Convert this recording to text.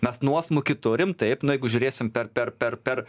mes nuosmukį turim taip nu jeigu žiūrėsim per per per per